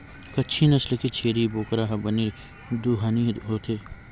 कच्छी नसल के छेरी बोकरा ह बने दुहानी होथे